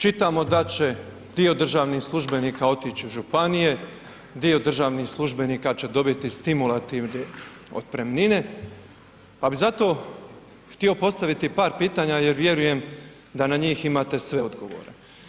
Čitamo da će dio državnih službenika otići u županije, dio državnih službenika će dobiti stimulativne otpremnine, pa bi zato htio postaviti par pitanja jer vjerujem da na njih imate sve odgovore.